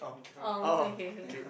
um okay okay